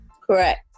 correct